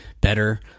better